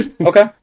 Okay